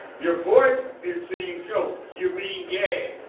your voice is being choked you're being gagged.